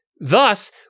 Thus